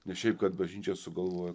ne šiaip kad bažnyčia sugalvojo